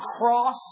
cross